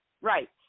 Right